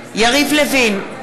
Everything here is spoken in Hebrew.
בעד יריב לוין,